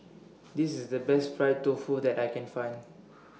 This IS The Best Fried Tofu that I Can Find